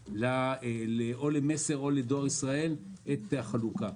כך או ל"מסר" או לדואר ישראל את החלוקה.